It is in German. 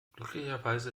glücklicherweise